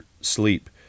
sleep